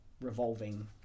revolving